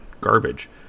garbage